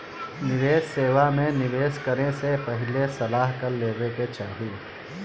निवेश सेवा में निवेश करे से पहिले सलाह कर लेवे के चाही